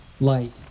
light